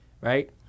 right